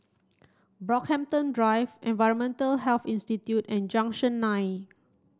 Brockhampton Drive Environmental Health Institute and Junction nine